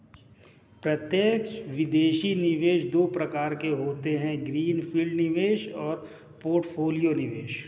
प्रत्यक्ष विदेशी निवेश दो प्रकार के होते है ग्रीन फील्ड निवेश और पोर्टफोलियो निवेश